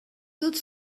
dut